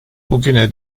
bugüne